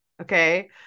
okay